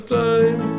time